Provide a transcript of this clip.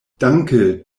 danke